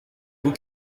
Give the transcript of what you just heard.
vous